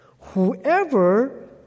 Whoever